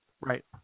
Right